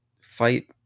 fight